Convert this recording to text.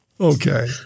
Okay